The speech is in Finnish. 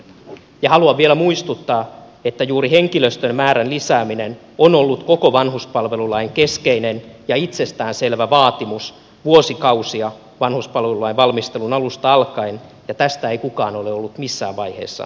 haluan vielä muistuttaa että juuri henkilöstön määrän lisääminen on ollut koko vanhuspalvelulain keskeinen ja itsestään selvä vaatimus vuosikausia vanhuspalvelulain valmistelun alusta alkaen ja tästä ei kukaan ole ollut missään vaiheessa tinkimässä